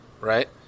Right